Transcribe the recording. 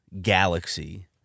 galaxy